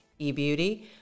eBeauty